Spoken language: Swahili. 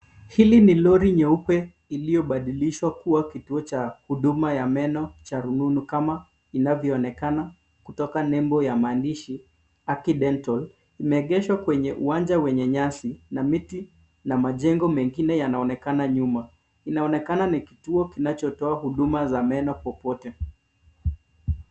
Hili ni lori nyeupe iliyobadilishwa kuwa kituo cha huduma ya meno cha rununu, kama inavyoonekana kutoka nembo ya maandishi, Haki Dental. Limeegeshwa kwenye uwanja wenye nyasi na miti, na majengo mengine yanaonekana nyuma. Inaonekana ni kituo kinachotoa huduma za meno popote.